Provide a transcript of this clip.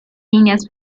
líneas